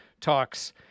talks